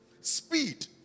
Speed